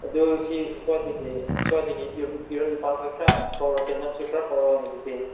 ꯑꯗꯨ ꯁꯤ ꯁ꯭ꯋꯥꯏꯗꯒꯤ ꯁ꯭ꯋꯥꯏꯗꯒꯤ ꯈꯣꯏ ꯈꯔ ꯀꯧꯔꯛꯀꯦ ꯅꯪꯁꯨ ꯈꯔ ꯀꯧꯔꯛꯑꯣꯅꯦ ꯑꯗꯨꯗꯤ